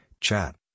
chat